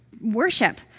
worship